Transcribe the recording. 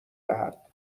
دهد